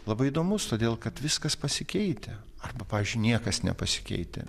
labai įdomus todėl kad viskas pasikeitę arba pavyzdžiui niekas nepasikeitę